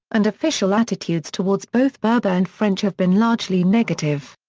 and official attitudes towards both berber and french have been largely negative.